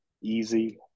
easy